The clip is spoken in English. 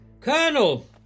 Colonel